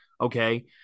okay